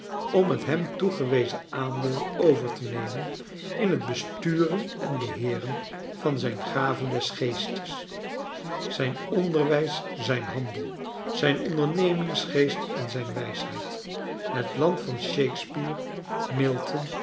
om het hem toegewezen aandeel over te nemen in het besturen en beheeren van zijn gaven des geestes zijn onderwijs zijn handel zijn ondernemingsgeest en zijn wijsheid het land van shakespeare